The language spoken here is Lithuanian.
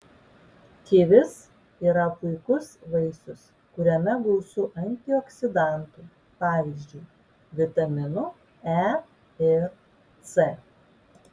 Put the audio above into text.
kivis yra puikus vaisius kuriame gausu antioksidantų pavyzdžiui vitaminų e ir c